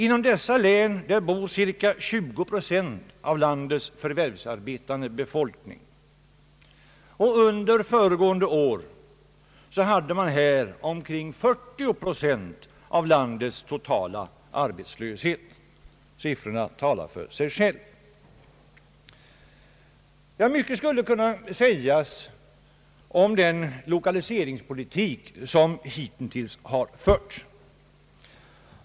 Inom dessa län bor cirka 20 procent av landets förvärvsarbetande befolkning, och under föregående år redovisades här 40 procent av landets totala arbetslöshet. Siffrorna talar för sig själva. Mycket skulle kunna sägas om den lokaliseringspolitik som hitintills har förts.